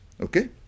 Okay